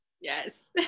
yes